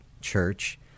Church